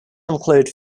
include